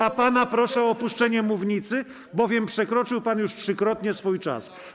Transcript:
A pana proszę o opuszczenie mównicy, bowiem przekroczył pan już trzykrotnie swój czas.